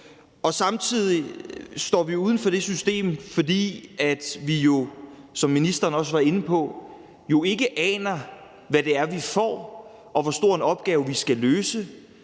og vi står også uden for det system, fordi vi jo, som ministeren også var inde på, ikke aner, hvad det er, vi får, og hvor stor en opgave vi skal løse,